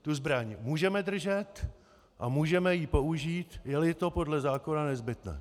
Tu zbraň můžeme držet a můžeme ji použít, jeli to podle zákona nezbytné.